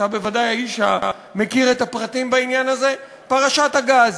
אתה בוודאי האיש המכיר את הפרטים בעניין הזה: פרשת הגז,